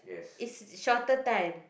is shorter time